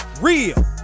real